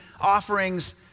offerings